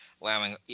allowing